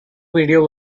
video